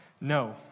No